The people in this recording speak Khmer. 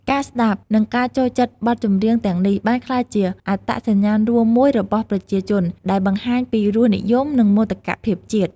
ការស្តាប់ និងការចូលចិត្តបទចម្រៀងទាំងនេះ បានក្លាយជា អត្តសញ្ញាណរួមមួយរបស់ប្រជាជន ដែលបង្ហាញពីរសនិយម និងមោទកភាពជាតិ។